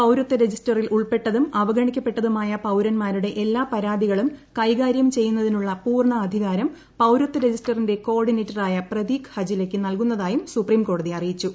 പൌരത്വ രജിസ്റ്ററിൽ ബെഞ്ചാണ് ഉൾപ്പെട്ടതും അവഗണിക്കപ്പെട്ടതുമായ പൌരൻമാരുടെ എല്ലാ പരാതികളും കൈകാര്യം ചെയ്യുന്നതിനുള്ള പൂർണ്ണ അധികാരം പൌരത്വ രജിസ്റ്ററിന്റെ കോർഡിനേറ്ററായ പ്രതീഖ് ഹജിലയ്ക്ക് നൽകുന്നതായും സുപ്രീംകോടതി അറിയിച്ചു